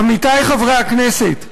עמיתי חברי הכנסת,